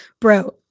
bro